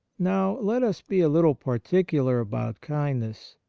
now, let us be a little particular about kindness,